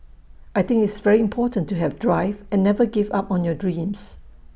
I think it's very important to have drive and never give up on your dreams